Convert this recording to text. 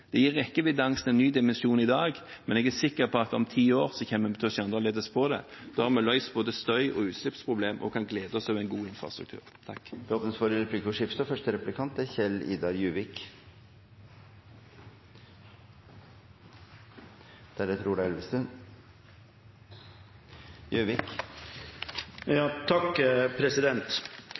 Det gir rekkeviddeangsten en ny dimensjon i dag, men jeg er sikker på at om ti år kommer vi til å se annerledes på det. Da har vi løst både støy og utslippsproblem og kan glede oss over en god infrastruktur. Det blir replikkordskifte. Jeg er enig med statsråden i at det er viktig at Avinor beholder og får sine inntekter. Det er